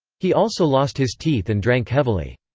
he also lost his teeth and drank heavily.